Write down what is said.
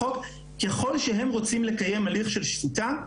ככל שהם רוצים לקיים הליך של שפיטה,